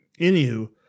anywho